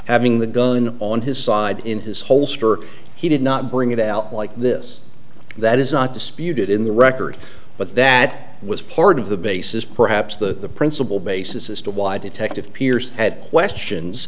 having the gun on his side in his holster he did not bring it out like this that is not disputed in the record but that was part of the basis perhaps the principal basis as to why detective pierce at questions